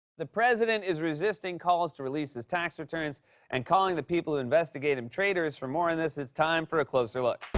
the president is resisting calls to release his tax returns and calling the people who investigate him traitors. for more on this, it's time for a closer look.